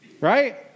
Right